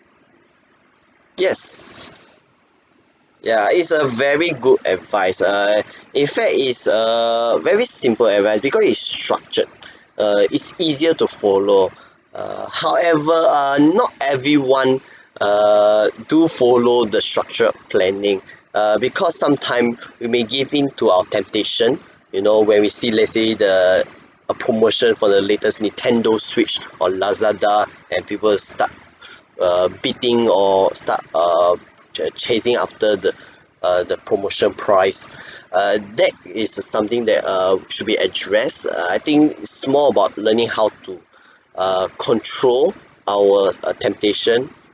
yes ya it's a very good advice err in fact it's a very simple advice because it's structured err it's easier to follow err however err not everyone err do follow the structured planning uh because sometime we may give in to our temptation you know when we see let's say the a promotion for the latest Nintendo Switch on Lazada and people start err bidding or start err join chasing after the uh the promotion price err that is something that err should be addressed err I think it's more about learning how to err control our uh temptation